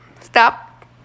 Stop